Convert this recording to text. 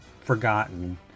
forgotten